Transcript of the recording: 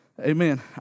Amen